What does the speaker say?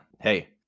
Hey